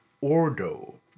Ordo